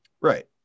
Right